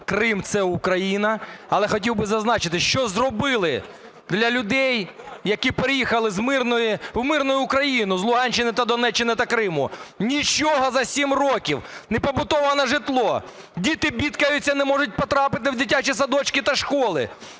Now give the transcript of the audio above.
Крим – це Україна. Але хотів би зазначити, що зробили для людей, які переїхали в мирну Україну з Луганщини та Донеччини, та Криму. Нічого за сім років! Не побудоване житло, діти бідкаються, не можуть потрапити в дитячі садочки та школи.